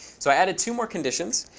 so i added two more conditions.